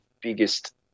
biggest